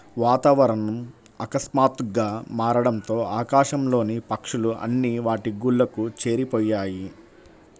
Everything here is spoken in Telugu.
వాతావరణం ఆకస్మాతుగ్గా మారడంతో ఆకాశం లోని పక్షులు అన్ని వాటి గూళ్లకు చేరిపొయ్యాయి